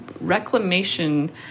reclamation